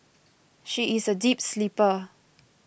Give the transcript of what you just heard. she is a deep sleeper